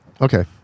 Okay